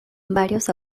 varios